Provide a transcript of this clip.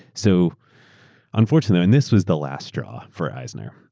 so unfortunate and this was the last straw for eisner.